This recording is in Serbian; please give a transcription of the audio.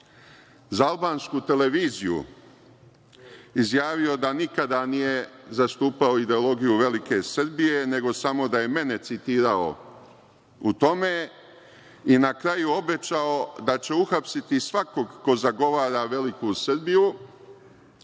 za albansku televiziju izjavio da nikada nije zastupao ideologiju velike Srbije, nego samo da je mene citirao u tome, i na kraju je obećao da će uhapsiti svakog ko zagovara veliku Srbiju,